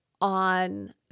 on